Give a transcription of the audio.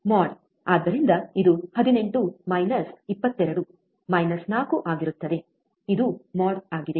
ಮಾಡ್ ಆದ್ದರಿಂದ ಇದು 18 ಮೈನಸ್ 22 ಮೈನಸ್ 4 ಆಗಿರುತ್ತದೆ ಇದು ಮೋಡ್ ಆಗಿದೆ